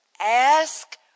Ask